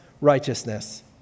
righteousness